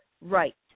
right